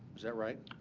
is that right?